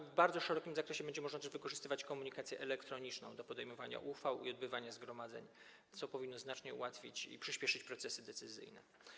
W PSA w bardzo szerokim zakresie będzie można wykorzystywać komunikację elektroniczną do podejmowania uchwał i odbywania zgromadzeń, co powinno znacznie ułatwić i przyspieszyć procesy decyzyjne.